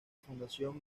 fundación